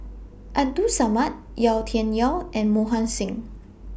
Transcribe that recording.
Abdul Samad Yau Tian Yau and Mohan Singh